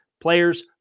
players